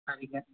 சரிங்க